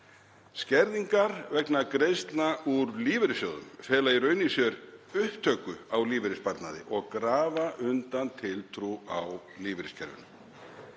Skerðingar vegna greiðslna úr lífeyrissjóðum fela í raun í sér upptöku á lífeyrissparnaði og grafa undan tiltrú á lífeyriskerfinu.